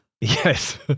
Yes